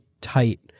tight